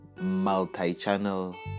multi-channel